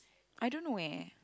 I don't know eh